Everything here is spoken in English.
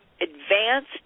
advanced